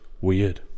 Weird